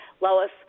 Lois